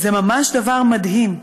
זה ממש דבר מדהים.